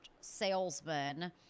salesman